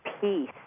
peace